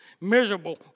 miserable